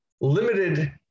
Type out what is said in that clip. limited